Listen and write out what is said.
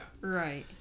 Right